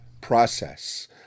process